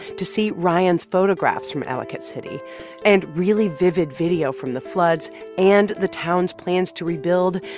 to see ryan's photographs from ellicott city and really vivid video from the floods and the town's plans to rebuild,